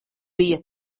bija